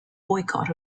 boycott